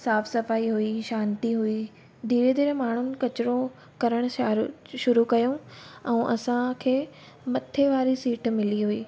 साफ़ु सफ़ाई हुई शांती हुई धीरे धीरे माण्हुनि कचिरो करणु शारो शुरू कयो ऐं असांखे मथे वारी सीट मिली हुई